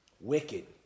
Wicked